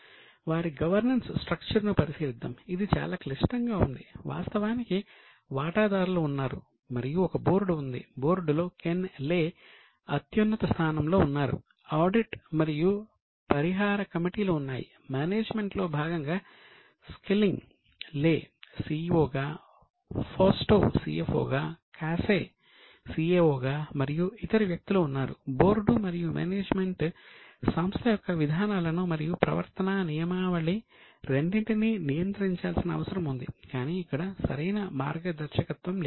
ఇప్పుడు వారి governance structure రెండింటినీ నియంత్రించాల్సిన అవసరం ఉంది కానీ ఇక్కడ సరైన మార్గదర్శకత్వం లేదు